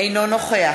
אינו נוכח